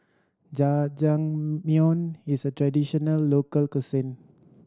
jajangmyeon is a traditional local cuisine